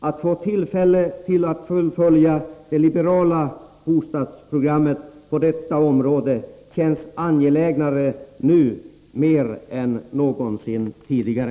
Att få tillfälle att fullfölja det liberala bostadsprogrammet på detta område känns mer angeläget nu än någonsin tidigare.